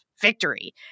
victory